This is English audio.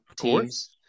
teams